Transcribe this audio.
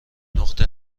نقطه